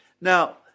Now